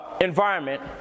environment